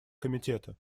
комитета